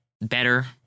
better